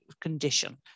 condition